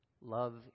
Love